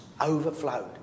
overflowed